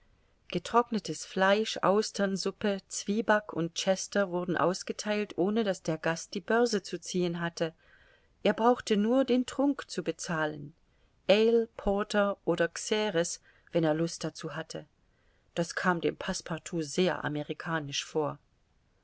getrocknetes fleisch austernsuppe zwieback und chester wurden ausgetheilt ohne daß der gast die börse zu ziehen hatte er brauchte nur den trunk zu bezahlen ale porter oder xeres wenn er lust dazu hatte das kam dem passepartout sehr amerikanisch vor